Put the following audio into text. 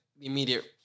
immediate